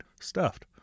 stuffed